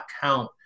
count